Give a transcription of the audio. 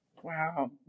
Wow